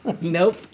nope